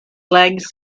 legs